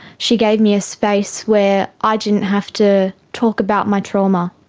she gave me a space where i didn't have to talk about my trauma,